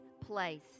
place